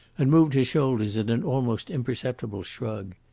and moved his shoulders in an almost imperceptible shrug.